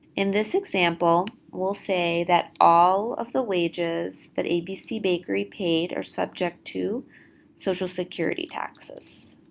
in this example, we'll say that all of the wages that abc bakery paid are subject to social security taxes,